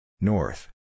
North